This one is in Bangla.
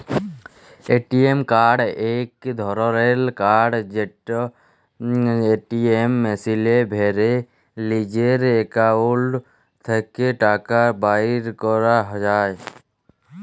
এ.টি.এম কাড় ইক ধরলের কাড় যেট এটিএম মেশিলে ভ্যরে লিজের একাউল্ট থ্যাকে টাকা বাইর ক্যরা যায়